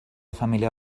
família